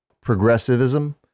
progressivism